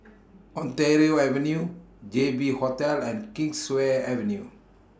Ontario Avenue J B Hotel and Kingswear Avenue